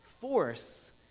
force